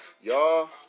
y'all